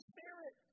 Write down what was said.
Spirit